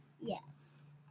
Yes